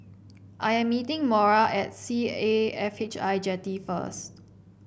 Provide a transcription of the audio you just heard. I am meeting Mora at C A F H I Jetty first